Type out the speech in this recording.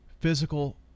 physical